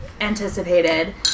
anticipated